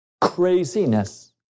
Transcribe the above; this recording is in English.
craziness